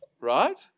right